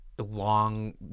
long